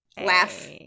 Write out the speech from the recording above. Laugh